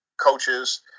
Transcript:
Coaches